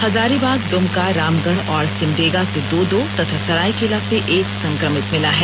हजारीबाग दुमका रामगढ़ और सिमडेगा से दो दो तथा सरायकेला से एक संक्रमित मिला है